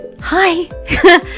hi